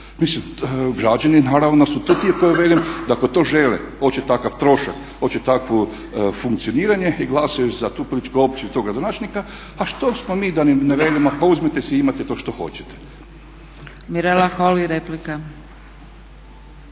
Mislim građani naravno da su to ti koji velim ako to žele, hoće takav trošak, hoće takvo funkcioniranje i glasuju za tu političku opciju i tog gradonačelnika, a što smo mi da im ne velimo pa uzmite si, imate to što hoćete. **Zgrebec, Dragica